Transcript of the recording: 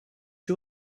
you